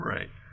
Right